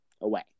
away